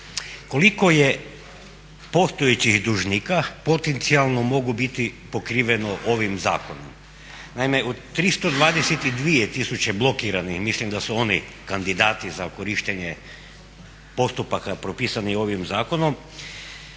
Koliko je postojećih dužnika potencijalno moglo biti pokriveno ovim zakonom? Naime, od 322 tisuće blokiranih, mislim da su oni kandidati za korištenje postupaka propisanih ovim zakonom